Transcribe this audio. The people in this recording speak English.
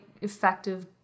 effective